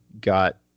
got